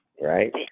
right